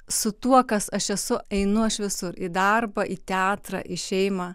su tuo kas aš esu einu aš visur į darbą į teatrą į šeimą